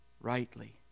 rightly